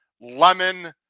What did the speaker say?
Lemon